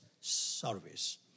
service